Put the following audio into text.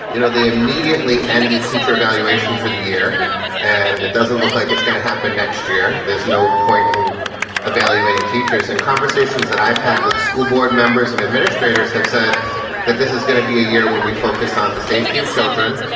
you know, they immediately ended teacher evaluation for the year and it doesn't look like it's going to happen next year. there's no point in evaluating teachers and conversations that i've had with school board members and administrators have said that this is gonna be a year when we focus on the safety of children,